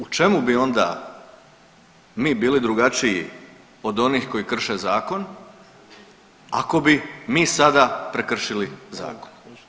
U čemu bi onda mi bili drugačiji od onih koji krše zakon, ako bi mi sada prekršili zakon?